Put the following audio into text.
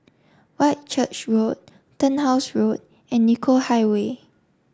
Whitchurch Road Turnhouse Road and Nicoll Highway